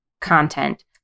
content